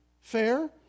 fair